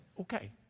okay